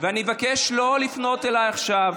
ואני אבקש לא לפנות אליי עכשיו.